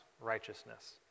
righteousness